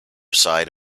side